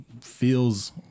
feels